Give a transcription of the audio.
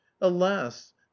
alas